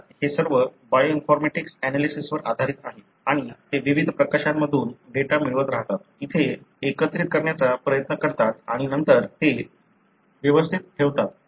आता हे सर्व बायोइन्फॉरमॅटिक्स एनालिसिसवर आधारित आहे आणि ते विविध प्रकाशनांमधून डेटा मिळवत राहतात येथे एकत्रित करण्याचा प्रयत्न करतात आणि नंतर ते व्यवस्थित ठेवतात